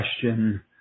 question